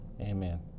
Amen